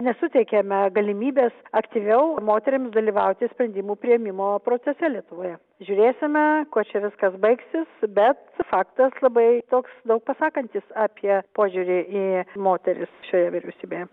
nesuteikiame galimybės aktyviau moterims dalyvauti sprendimų priėmimo procese lietuvoje žiūrėsime kuo čia viskas baigsis bet faktas labai toks daug pasakantis apie požiūrį į moteris šioje vyriausybėje